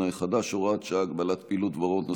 החדש (הוראת שעה) (הגבלת פעילות והוראות נוספות)